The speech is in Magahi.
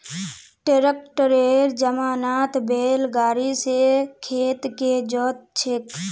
ट्रैक्टरेर जमानात बैल गाड़ी स खेत के जोत छेक